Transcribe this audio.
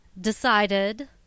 decided